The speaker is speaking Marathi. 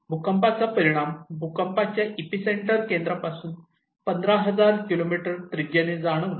भूकंपाचा परिणाम भूकंपाच्या इपिसेंटर केंद्रापासून 1500 किलोमीटर त्रिज्येने जाणवला